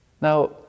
Now